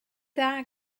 dda